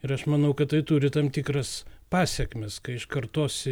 ir aš manau kad tai turi tam tikras pasekmes kai iš kartos